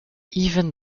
even